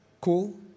cool